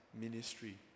ministry